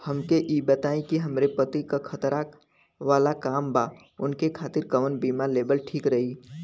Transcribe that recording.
हमके ई बताईं कि हमरे पति क खतरा वाला काम बा ऊनके खातिर कवन बीमा लेवल ठीक रही?